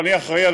ואני אחראי,